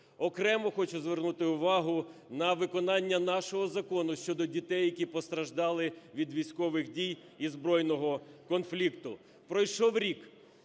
Окремо хочу звернути увагу на виконання нашого Закону щодо дітей, які постраждали від військових дій і збройного конфлікту. Пройшов рік.